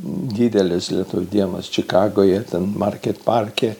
didelės lietuvių dienos čikagoje ten market parke